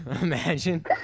Imagine